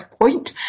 point